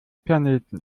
planeten